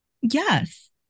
yes